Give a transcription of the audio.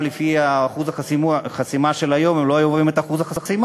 גם לפי אחוז החסימה של היום הם לא היו עוברים את אחוז החסימה.